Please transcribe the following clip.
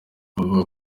bavuga